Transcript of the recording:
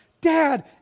Dad